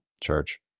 Church